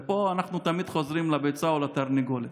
פה אנחנו תמיד חוזרים לביצה או התרנגולת: